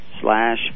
slash